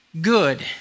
good